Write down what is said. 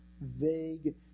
vague